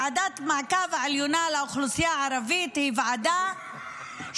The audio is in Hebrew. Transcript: ועדת המעקב העליונה של האוכלוסייה הערבית היא ועדה שכולה